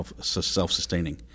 self-sustaining